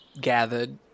gathered